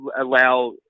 allow